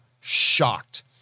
shocked